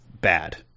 bad